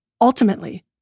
Ultimately